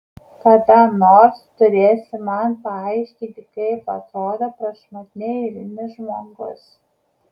kada nors turėsi man paaiškinti kaip atrodo prašmatniai eilinis žmogus